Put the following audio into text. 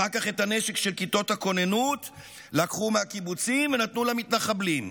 אחר כך את הנשק של כיתות הכוננות לקחו מהקיבוצים ונתנו למתנחבלים.